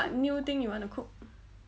what new thing you want to cook